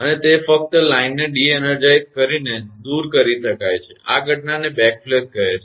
અને તે ફક્ત લાઇનને ડી એનર્જાઇઝિંગ કરીને દૂર કરી શકાય છે આ ઘટનાને બેકફ્લેશ તરીકે ઓળખવામાં આવે છે